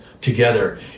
together